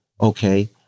okay